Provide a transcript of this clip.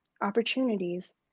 opportunities